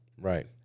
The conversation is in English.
Right